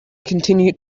continued